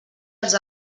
els